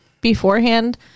beforehand